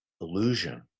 illusion